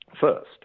first